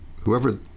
whoever